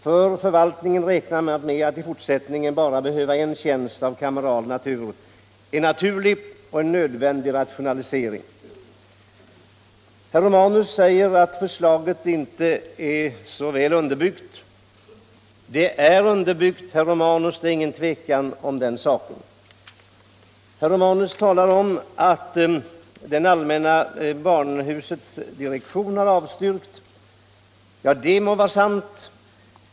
För förvaltningen räknar man med att i fortsättningen bara behöva en tjänst av kameral natur — en naturlig och nödvändig rationalisering. Herr Romanus säger att förslaget inte är så väl underbyggt. Det är utan tvivel väl underbyggt, herr Romanus. Herr Romanus talar om att allmänna barnhusets direktion har avstyrkt propositionens förslag.